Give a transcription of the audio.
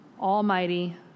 almighty